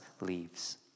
leaves